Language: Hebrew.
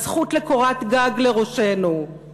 הזכות לקורת גג לראשנו,